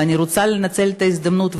ואני רוצה לנצל את ההזדמנות,